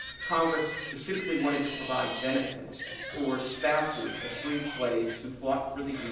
congress specifically wanted to provide benefits for spouses of freed slaves who fought for the